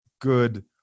good